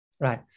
Right